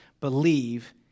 believe